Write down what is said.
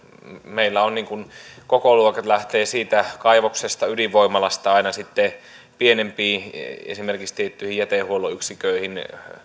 meillä kokoluokat lähtevät kaivoksesta ydinvoimalasta aina sitten pienempiin esimerkiksi tiettyihin jätehuollon yksiköihin